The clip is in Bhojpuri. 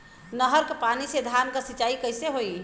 नहर क पानी से धान क सिंचाई कईसे होई?